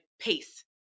pace